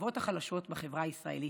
השכבות החלשות בחברה הישראלית,